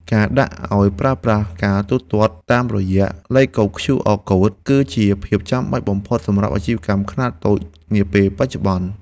ការដាក់ឱ្យប្រើប្រាស់ការទូទាត់តាមរយៈលេខកូដឃ្យូអរកូដ គឺជាភាពចាំបាច់បំផុតសម្រាប់អាជីវកម្មខ្នាតតូចនាពេលបច្ចុប្បន្ន។